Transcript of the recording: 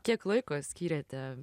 kiek laiko skyrėte